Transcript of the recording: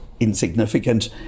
insignificant